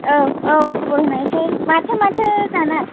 औ औ खबर होनोसै माथो माथो जानो